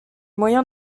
moyens